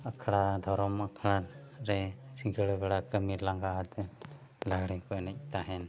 ᱟᱠᱷᱲᱟ ᱫᱷᱚᱨᱚᱢ ᱟᱠᱷᱲᱟ ᱨᱮ ᱥᱤᱸᱜᱟᱹᱲ ᱵᱮᱲᱟ ᱠᱟᱹᱢᱤ ᱞᱟᱸᱜᱟ ᱠᱟᱛᱮᱫ ᱞᱟᱜᱽᱬᱮ ᱠᱚ ᱮᱱᱮᱡ ᱛᱟᱦᱮᱱ